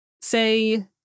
say